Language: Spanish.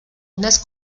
unas